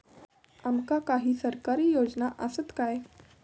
आमका काही सरकारी योजना आसत काय?